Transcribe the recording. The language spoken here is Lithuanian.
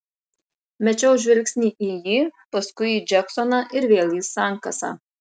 mečiau žvilgsnį į jį paskui į džeksoną ir vėl į sankasą